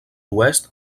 oest